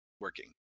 working